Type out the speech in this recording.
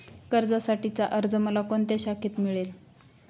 कर्जासाठीचा अर्ज मला कोणत्या शाखेत मिळेल?